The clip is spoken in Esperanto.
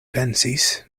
pensis